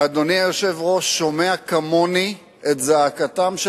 ואדוני היושב-ראש שומע כמוני את זעקתם של